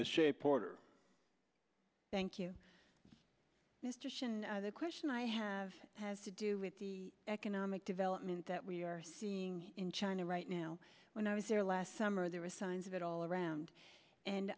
shape order thank you mr sharon the question i have has to do with the economic development that we are seeing in china right now when i was there last summer there were signs of it all around and